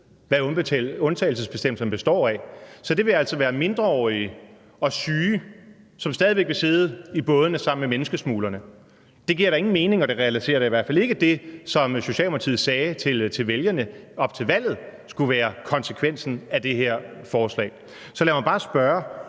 hvad undtagelsesbestemmelsen består af. Så det vil altså være mindreårige og syge, som stadig væk vil sidde i bådene sammen med menneskesmuglerne. Det giver da ingen mening, og det realiserer da i hvert fald ikke det, som Socialdemokratiet sagde til vælgerne op til valget skulle være konsekvensen af det her forslag. Så lad mig bare spørge: